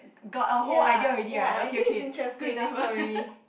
ya ya I think it's interesting this story